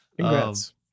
Congrats